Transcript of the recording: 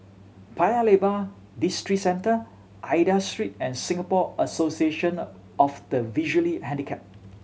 Paya Lebar Districentre Aida Street and Singapore Association of the Visually Handicapped